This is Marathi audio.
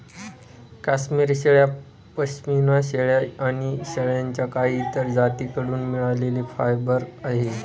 काश्मिरी शेळ्या, पश्मीना शेळ्या आणि शेळ्यांच्या काही इतर जाती कडून मिळालेले फायबर आहे